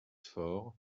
faure